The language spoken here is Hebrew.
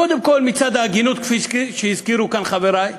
קודם כול, מצד ההגינות, כפי שהזכירו כאן חברי,